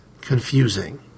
confusing